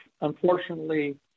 unfortunately